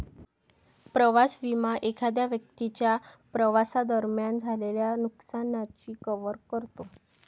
प्रवास विमा एखाद्या व्यक्तीच्या प्रवासादरम्यान झालेल्या नुकसानाची कव्हर करतो